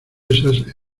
esas